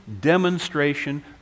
demonstration